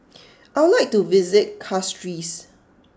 I would like to visit Castries